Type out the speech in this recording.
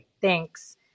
Thanks